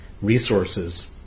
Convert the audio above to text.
resources